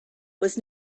was